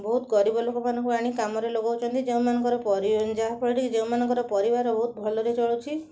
ବହୁତ ଗରିବ ଲୋକମାନଙ୍କୁ ଆଣି କାମରେ ଲଗଉଛନ୍ତି ଯେଉଁମାନଙ୍କର ପରି ଯାହାଫଳରେ କି ଯେଉଁମାନଙ୍କର ପରିବାର ବହୁତ ଭଲରେ ଚଳୁଛି